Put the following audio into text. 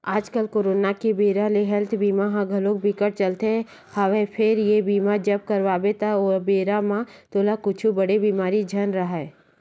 आजकल करोना के बेरा ले हेल्थ बीमा ह घलोक बिकट चलत हवय फेर ये बीमा जब करवाबे त ओ बेरा म तोला कुछु बड़े बेमारी झन राहय